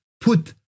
put